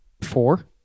four